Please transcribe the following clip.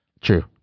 True